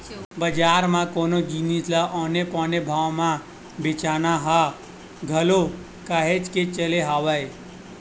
बजार म कोनो जिनिस ल औने पौने भाव म बेंचना ह घलो काहेच के चले हवय